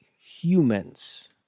humans